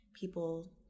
people